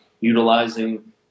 utilizing